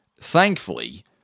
thankfully